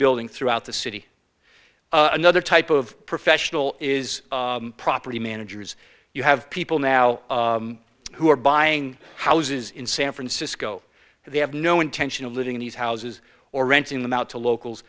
building throughout the city another type of professional is property managers you have people now who are buying houses in san francisco and they have no intention of living in these houses or renting them out to locals